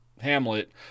Hamlet